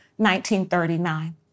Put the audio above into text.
1939